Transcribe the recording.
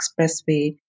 expressway